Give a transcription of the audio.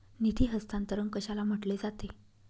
निधी हस्तांतरण कशाला म्हटले जाते?